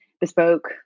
bespoke